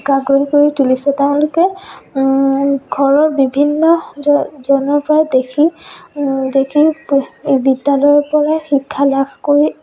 আগ্ৰহী কৰি তুলিছে তেওঁলোকে ঘৰৰ বিভিন্নজনৰ পৰা দেখি দেখি বিদ্যালয়ৰ পৰা শিক্ষা লাভ কৰি